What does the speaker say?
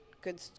good